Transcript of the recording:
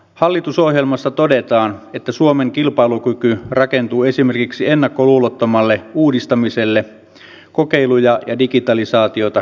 hallitusohjelmassa todetaan että suomen kilpailukyky rakentuu esimerkiksi ennakkoluulottomalle uudistamiselle kokeiluja ja digitalisaatiota hyödyntäen